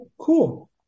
cool